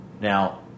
Now